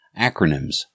Acronyms